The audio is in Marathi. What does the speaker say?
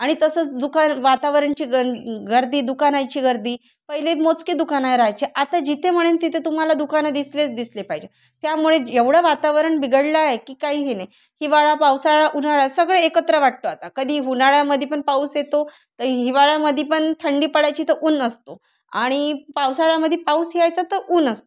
आणि तसंच दुकान वातावरणाची ग गर्दी दुकानाची गर्दी पहिले मोजके दुकानं राहायचे आता जिथे म्हणेन तिथे तुम्हाला दुकानं दिसलेच दिसले पाहिजे त्यामुळे एवढं वातावरण बिघडलं आहे की काही हे नाही हिवाळा पावसाळा उन्हाळा सगळं एकत्र वाटतो आता कधी उन्हाळ्यामध्ये पण पाऊस येतो तर हिवाळ्यामध्ये पण थंडी पडायची तर ऊन असतो आणि पावसाळ्यामधी पाऊस यायचा तर ऊन असतो